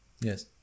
Yes